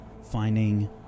finding